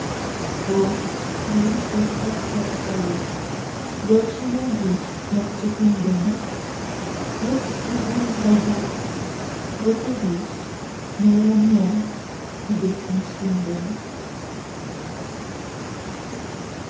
wie ist es hoch erfreulich solchen jüngling noch zu finden jetzt in unsrer zeit wo täglich mehr und mehr die bessern schwinden